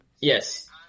Yes